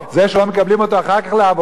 זה שלא מקבלים אותו אחר כך לעבודה,